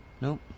Nope